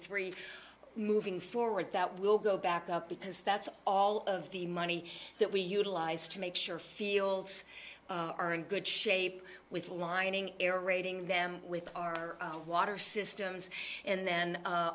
three moving forward that will go back up because that's all of the money that we utilize to make sure fields are in good shape with aligning air raiding them with our water systems and then